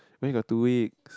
only got two weeks